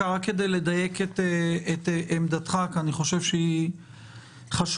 רק אחוז אחד, לא 10% כפי שהיה מצופה,